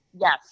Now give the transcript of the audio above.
Yes